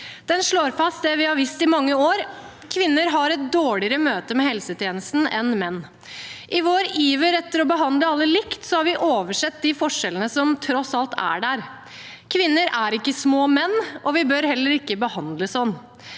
Den slår fast det vi har visst i mange år: Kvinner har et dårligere møte med helsetjenesten enn menn. I vår iver etter å behandle alle likt har vi har oversett de forskjellene som tross alt er der. Kvinner er ikke små menn, og vi bør heller ikke behandles sånn.